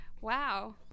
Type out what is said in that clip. Wow